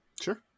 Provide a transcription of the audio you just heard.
Sure